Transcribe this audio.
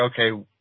okay